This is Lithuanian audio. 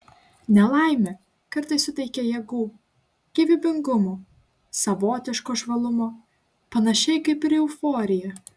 nelaimė kartais suteikia jėgų gyvybingumo savotiško žvalumo panašiai kaip ir euforija